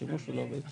השימוש הוא ללא היתר.